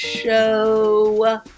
show